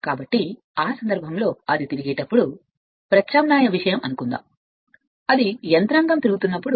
కాబట్టి ఆ సందర్భంలో అది తిరిగేటప్పుడు ప్రత్యామ్నాయ విషయం చూసింది అనుకుందాం అది యంత్రాంగం అంటే అది తిరుగుతున్నప్పుడు